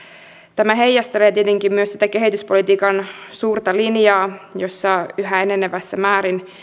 tämä heijastelee tietenkin myös sitä kehityspolitiikan suurta linjaa jossa yhä enenevässä määrin